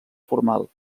formal